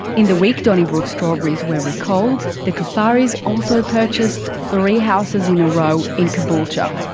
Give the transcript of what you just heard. in the week donnybrook strawberries were recalled, the cufaris also purchased three houses in a row in caboolture.